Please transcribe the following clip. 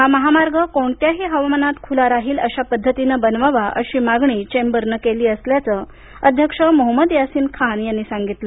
हा महामार्ग कोणत्याही हवामानात खुला राहील अशा पद्धतीनं बनवावा अशी मागणी केसीसीआयन केली असल्याचं अध्यक्ष मोहमद यासीन खान यांनी सांगितलं